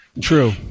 True